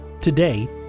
Today